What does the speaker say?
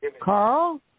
Carl